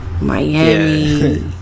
Miami